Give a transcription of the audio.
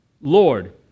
Lord